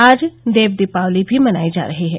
आज देव दीपावली भी मनायी जा रही है